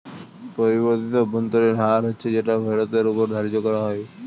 পরিবর্তিত অভ্যন্তরীণ হার হচ্ছে যেটা ফেরতের ওপর ধার্য করা হয়